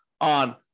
on